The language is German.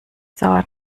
dauert